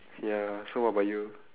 ya so what about you